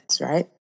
right